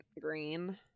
green